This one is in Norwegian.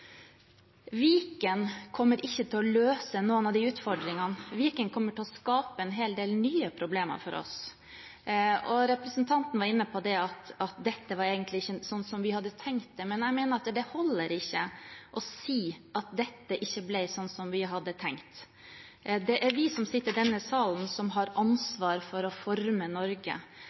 Viken kommer ikke til å løse noen av de utfordringene. Viken kommer til å skape en hel del nye problemer for oss. Representanten var inne på at dette egentlig ikke var sånn som de hadde tenkt det, men jeg mener at det holder ikke å si at dette ikke ble sånn som de hadde tenkt. Det er vi som sitter i denne salen, som har ansvar for å forme Norge,